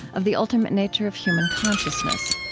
of the ultimate nature of human consciousness.